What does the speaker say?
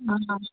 ஆ